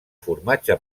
formatge